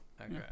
Okay